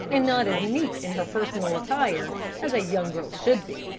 and not as neat in her personal attire as a young girl should be.